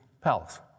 palace